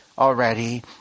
already